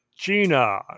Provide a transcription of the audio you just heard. Gina